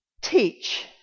teach